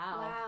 Wow